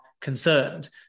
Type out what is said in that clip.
concerned